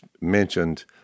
mentioned